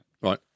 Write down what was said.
Right